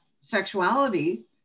sexuality